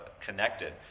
connected